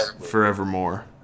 forevermore